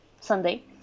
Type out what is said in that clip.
Sunday